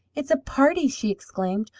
it's a party! she exclaimed.